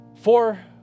four